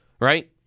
Right